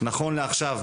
נכון לעכשיו,